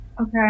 Okay